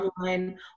online